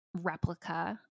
replica